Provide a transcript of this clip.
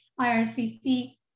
IRCC